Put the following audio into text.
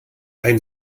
ein